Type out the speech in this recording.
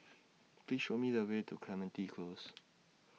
Please Show Me The Way to Clementi Close